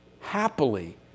happily